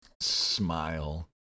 smile